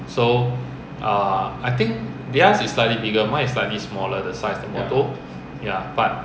so err I think theirs is slightly bigger mine is slightly smaller the size of motor ya but